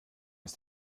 ist